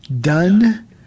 done